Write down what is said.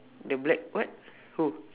the black what who